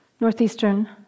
northeastern